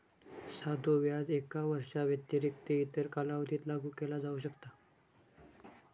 साधो व्याज एका वर्षाव्यतिरिक्त इतर कालावधीत लागू केला जाऊ शकता